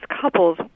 couples